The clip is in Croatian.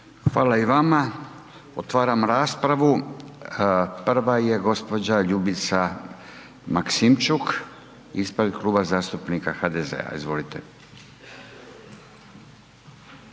Hvala i vama. Otvaram raspravu. prva je gđa. Ljubica Maksimčuk ispred Kluba zastupnika HDZ-a, izvolite.